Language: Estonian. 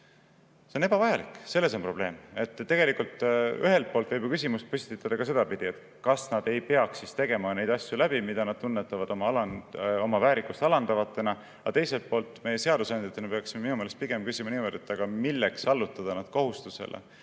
See on ebavajalik, selles on probleem. Tegelikult, ühelt poolt võib ju küsimuse püstitada ka sedapidi, et kas nad ei peaks läbi tegema neid asju, mida nad tunnetavad oma väärikust alandavatena. Aga teiselt poolt, meie seadusandjatena peaksime minu meelest küsima pigem niimoodi: milleks allutada nad kohustusele